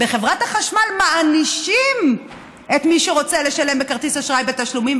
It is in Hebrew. בחברת החשמל מענישים את מי שרוצה לשלם בכרטיס אשראי בתשלומים,